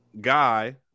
guy